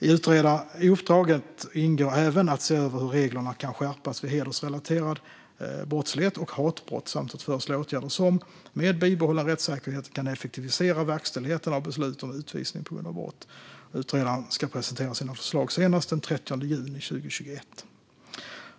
I uppdraget ingår även att se över hur reglerna kan skärpas vid hedersrelaterad brottslighet och hatbrott samt att föreslå åtgärder som, med bibehållen rättssäkerhet, kan effektivisera verkställigheten av beslut om utvisning på grund av brott. Utredaren ska presentera sina förslag senast den 30 juni 2021.